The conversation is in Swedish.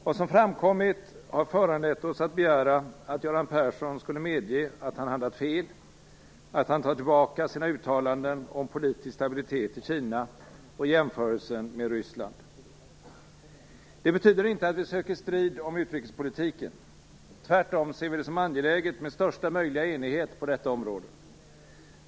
Vad som framkommit har föranlett oss att begära att Göran Persson skulle medge att han handlat fel och ta tillbaka sina uttalanden om politisk stabilitet i Kina och jämförelsen med Ryssland. Det betyder inte att vi söker strid om utrikespolitiken. Tvärtom ser vi det som angeläget med största möjliga enighet på detta område.